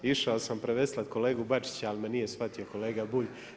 Išao sam preveslati kolegu Bačića, ali me nije shvatio kolega Bulj.